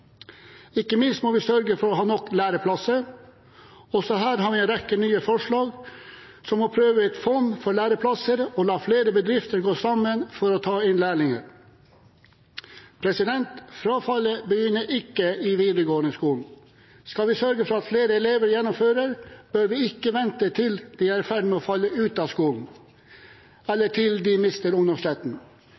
Ikke minst må vi sørge for å ha nok læreplasser. Også her har vi en rekke nye forslag, som å prøve ut et fond for læreplasser og la flere bedrifter gå sammen for å ta inn lærlinger. Frafallet begynner ikke i den videregående skolen. Skal man sørge for at flere elever gjennomfører, bør man ikke vente til de er i ferd med å falle ut av skolen, eller til de mister ungdomsretten.